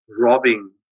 robbing